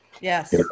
yes